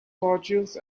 fortunes